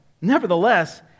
Nevertheless